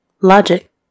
Logic